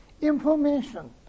information